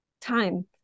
time